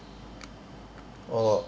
oh